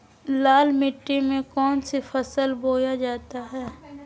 लाल मिट्टी में कौन सी फसल बोया जाता हैं?